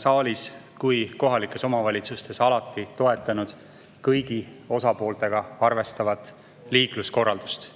saalis kui ka kohalikes omavalitsustes alati toetanud kõigi osapooltega arvestavat liikluskorraldust,